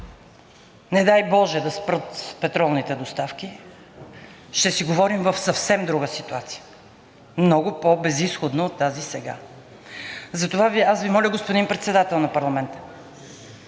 не дай боже да спрат петролните доставки, ще си говорим в съвсем друга ситуация – много по-безизходна от тази сега. Затова аз Ви моля, господин Председател на парламента,